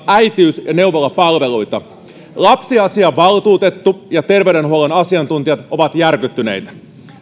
äitiys ja neuvolapalveluita lapsiasiavaltuutettu ja terveydenhuollon asiantuntijat ovat järkyttyneitä